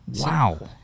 Wow